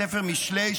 בספר משלי,